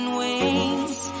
wings